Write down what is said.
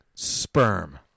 Sperm